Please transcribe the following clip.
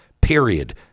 period